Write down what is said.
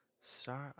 Star